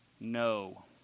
No